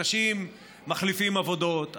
אנשים מחליפים עבודות.